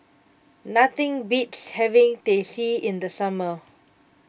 nothing beats having Teh C in the summer